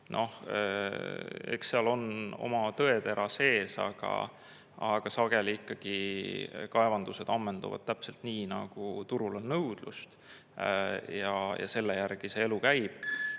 Noh, eks seal on oma tõetera sees, aga sageli kaevandused ammenduvad täpselt nii, nagu turul on nõudlust ja selle järgi see elu käib.